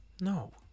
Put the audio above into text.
No